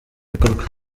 bikorwa